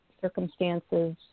circumstances